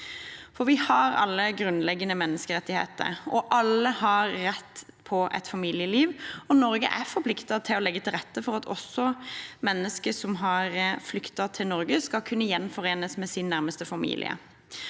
Vi har alle grunnleggende menneskerettigheter. Alle har rett på et familieliv, og Norge er forpliktet til å legge til rette for at også mennesker som har flyktet til Norge, skal kunne gjenforenes med sin nærmeste familie.